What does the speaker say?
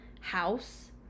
house